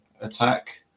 attack